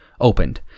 opened